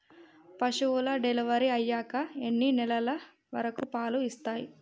పశువులు డెలివరీ అయ్యాక ఎన్ని నెలల వరకు పాలు ఇస్తాయి?